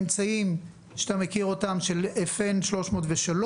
אמצעים שאתה מכיר אותם כמו FN 303,